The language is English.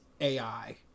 ai